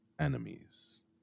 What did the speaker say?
enemies